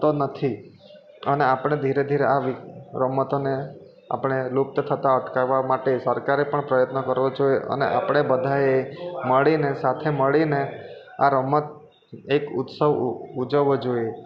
થતો નથી અને આપણે ધીરે ધીરે આ રમતોને આપણે લુપ્ત થતા અટકાવવા માટે સરકારે પણ પ્રયત્ન કરવો જોઈએ અને આપણે બધાએ મળીને સાથે મળીને આ રમત એક ઉત્સવ ઉજવવો જોઈએ